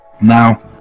Now